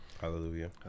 Hallelujah